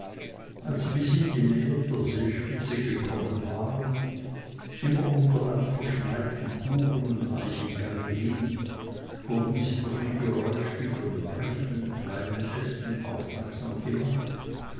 als sie bis in die nähe der seespitze gekommen waren immer unter einem verschneiten buchen und eichengange hin wurden sie durch ein geräusch wie von brechenden kleinen ästen aufmerksam gemacht